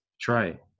try